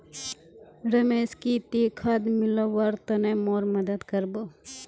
रमेश की ती खाद मिलव्वार तने मोर मदद कर बो